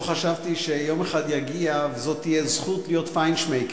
לא חשבתי שיום אחד יגיע וזו תהיה זכות להיות "פיינשמקר".